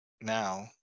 now